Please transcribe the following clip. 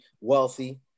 wealthy